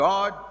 God